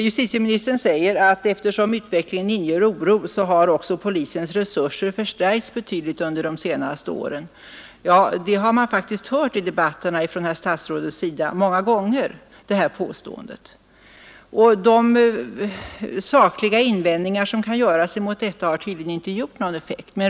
Justitieministern förklarar att eftersom utvecklingen inger oro har polisens resurser förstärkts betydligt under de senaste åren. Det påståendet har man faktiskt hört i debatter från herr statsrådets sida många gånger, och de sakliga invändningar som kan göras mot det har tydligen inte haft någon effekt.